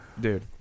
Dude